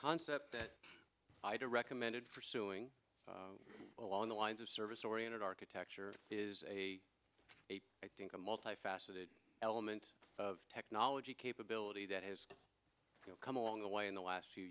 concept that idea recommended for suing along the lines of service oriented architecture is a i think a multifaceted element of technology capability that has come along the way in the last